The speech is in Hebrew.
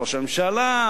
ראש הממשלה,